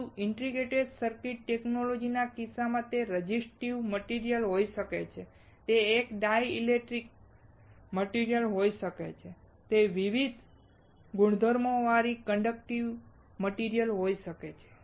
પરંતુ integrated circuit technology ના કિસ્સામાં તે રેસીસટિવ મટિરિયલ હોઈ શકે છે તે એક ડાઇઇલેક્ટ્રિક મટિરિયલ હોઈ શકે છે તે વિવિધ ગુણધર્મોવાળી કન્ડક્ટિવ મટિરિયલ વગેરે હોઈ શકે છે